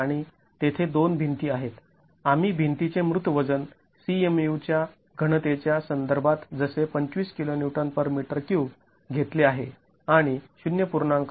आणि तेथे दोन भिंती आहेत आम्ही भिंतीचे मृत वजन CMU च्या घनतेच्या संदर्भात जसे २५ kNm3 घेतले आहे आणि ०